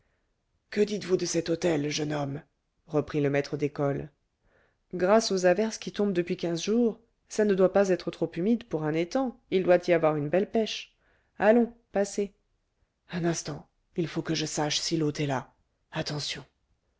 que dites-vous de cet hôtel jeune homme reprit le maître d'école grâce aux averses qui tombent depuis quinze jours ça ne doit pas être trop humide pour un étang il doit y avoir une belle pêche allons passez un instant il faut que je sache si l'hôte est là attention